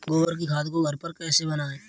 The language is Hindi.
गोबर की खाद को घर पर कैसे बनाएँ?